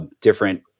different